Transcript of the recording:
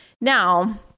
Now